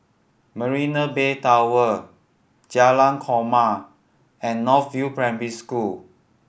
Marina Bay Tower Jalan Korma and North View Primary School